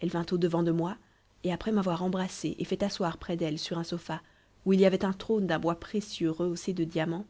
elle vint au-devant de moi et après m'avoir embrassée et fait asseoir près d'elle sur un sofa où il y avait un trône d'un bois précieux rehaussé de diamants